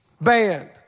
banned